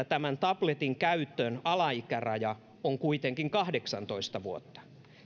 tämän tabletin käytön alaikäraja on kuitenkin kahdeksantoista vuotta